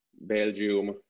Belgium